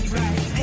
right